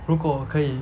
如果可以